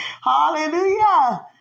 hallelujah